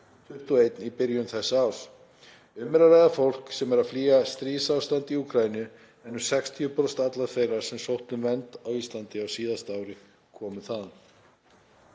2.521 í byrjun þessa árs. Um er að ræða fólk sem er að flýja stríðsástand í Úkraínu, en um 60 prósent allra sem sóttu um vernd á Íslandi á síðasta ári komu þaðan.“